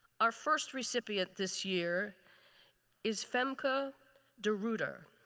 our first recipient this year is femca deruder.